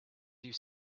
you